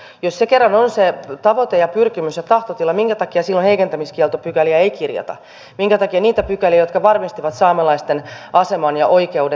jos se kerran on se tavoite pyrkimys ja tahtotila minkä takia silloin heikentämiskieltopykäliä ei kirjata niitä pykäliä jotka varmistivat saamelaisten aseman ja oikeudet